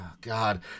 God